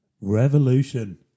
Revolution